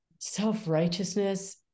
Self-righteousness